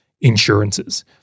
insurances